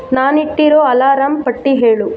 ನಾನಿಟ್ಟಿರೊ alarm ಪಟ್ಟಿ ಹೇಳು